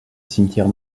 cimetière